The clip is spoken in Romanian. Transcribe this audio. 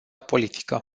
politică